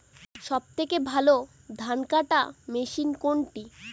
সবথেকে ভালো ধানকাটা মেশিন কোনটি?